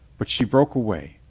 but she broke away.